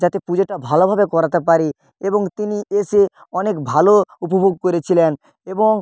যাতে পুজোটা ভালোভাবে করাতে পারি এবং তিনি এসে অনেক ভালো উপভোগ করেছিলেন এবং